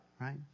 right